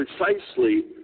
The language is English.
precisely